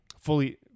fully